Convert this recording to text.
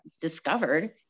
discovered